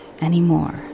anymore